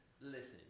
Listen